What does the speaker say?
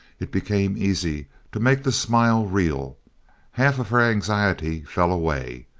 it became easy to make the smile real half of her anxiety fell away.